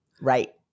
right